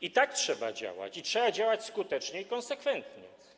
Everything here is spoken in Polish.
I tak trzeba działać i trzeba działać skutecznie i konsekwentnie.